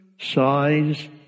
size